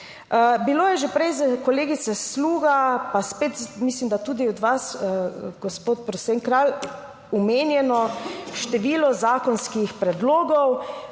Bilo je že prej s kolegice Sluga, pa spet mislim, da tudi od vas, gospod Prosen Kralj, omenjeno število zakonskih predlogov,